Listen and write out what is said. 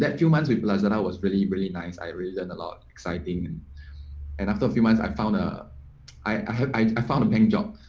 few months we pledged that i was really really nice i really learned a lot exciting and and after a a few months, i found a i found a bank job.